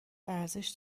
ارزش